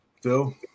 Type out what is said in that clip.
Phil